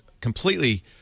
completely